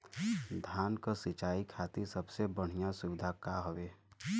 धान क सिंचाई खातिर सबसे बढ़ियां सुविधा का हवे?